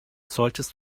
solltest